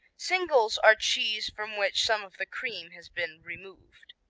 singles are cheeses from which some of the cream has been removed.